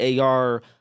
AR